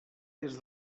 des